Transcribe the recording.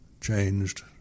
changed